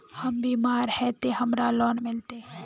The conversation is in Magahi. हम बीमार है ते हमरा लोन मिलते?